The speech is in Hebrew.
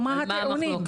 על מה המחלוקת.